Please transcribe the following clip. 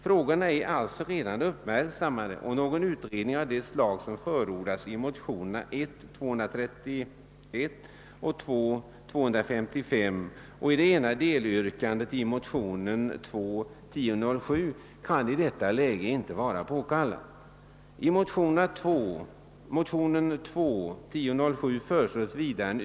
Frågorna är alltså redan uppmärksammade, och någon utredning av det slag som förordats i motionerna 1: 231 och II: 255 och i det ena delyrkandet i motionen II: 1007 kan i detta läge inte vara påkallad.